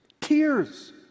tears